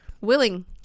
Willing